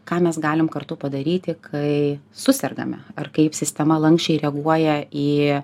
ką mes galim kartu padaryti kai susergame ar kaip sistema lanksčiai reaguoja į